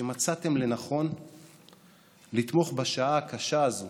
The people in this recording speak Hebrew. שמצאתם לנכון לתמוך בשעה הקשה הזאת